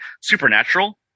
Supernatural